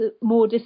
more